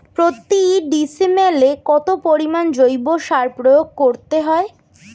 প্রতি ডিসিমেলে কত পরিমাণ জৈব সার প্রয়োগ করতে হয়?